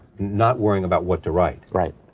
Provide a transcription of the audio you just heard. not worrying about what to write. right.